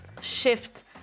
shift